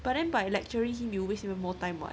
but then by lecturing him you will waste even more time what